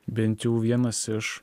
bent jau vienas iš